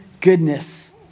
goodness